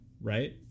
right